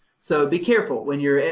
so be careful when you're.